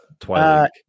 twilight